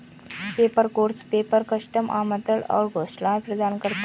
paper source paper, custom आमंत्रण और घोषणाएं प्रदान करता है